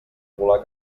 volar